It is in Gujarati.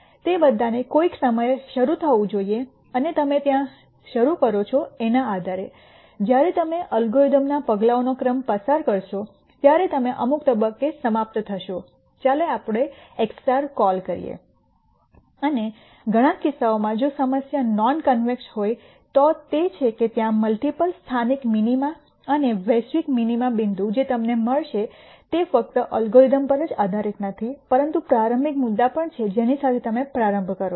તે બધાને કોઈક સમયે શરૂ થવું જોઈએ અને તમે જ્યાં શરૂ કરો છો તેના આધારે જ્યારે તમે એલ્ગોરિધમનાં પગલાઓનો ક્રમ પસાર કરશો ત્યારે તમે અમુક તબક્કે સમાપ્ત થશો ચાલો આપણે x કોલ કરીએ અને ઘણા કિસ્સાઓમાં જો સમસ્યા નોનકોન્વેક્સ હોય તો તે છે કે ત્યાં મલ્ટિપલ સ્થાનિક મિનિમા અને વૈશ્વિક મિનિમા બિંદુ જે તમને મળશે તે ફક્ત અલ્ગોરિધમ પર જ આધારિત નથી પરંતુ પ્રારંભિક મુદ્દા પણ છે જેની સાથે તમે પ્રારંભ કરો છો